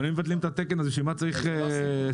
אם מבטלים את התקן, בשביל מה צריך סימון?